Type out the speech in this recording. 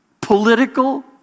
political